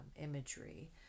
imagery